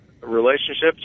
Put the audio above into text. relationships